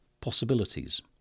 possibilities